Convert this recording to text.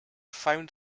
found